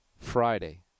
Friday